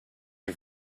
are